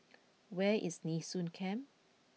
where is Nee Soon Camp